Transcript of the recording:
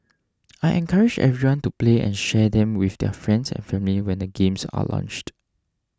I encourage everyone to play and share them with their friends and family when the games are launched